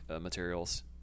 materials